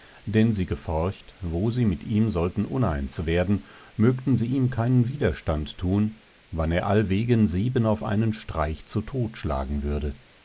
denn sie geforcht wo sie mit ihm sollten uneins werden mögten sie ihm keinen widerstand thun wann er allwegen sieben auf einen streich zu todt schlagen würde